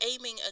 aiming